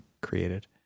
created